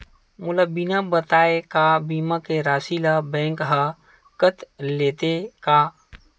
मोला बिना बताय का बीमा के राशि ला बैंक हा कत लेते का?